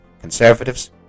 Conservatives